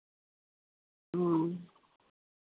ᱚᱻ